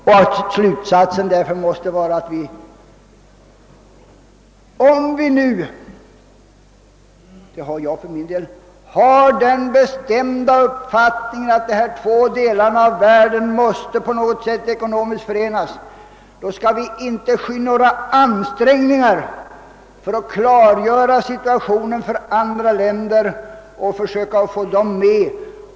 Slut satsen måste därför vara att vi — om vi har den bestämda uppfattningen, vilket jag för min del har, att industriländer och u-länder ekonomiskt måste förenas — inte skall sky några amsträngningar för att klargöra situationen för andra länder och försöka få dem med.